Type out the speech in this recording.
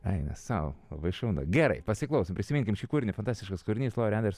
eina sau labai šaunu gerai pasiklauso prisiminkime šį kūrinį fantastiškas kūrinys lori anderson